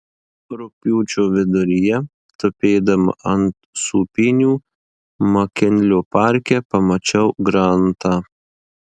rugpjūčio viduryje tupėdama ant sūpynių makinlio parke pamačiau grantą